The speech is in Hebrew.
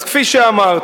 אז כפי שאמרתי,